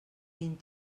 vint